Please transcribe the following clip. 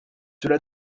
cela